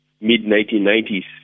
mid-1990s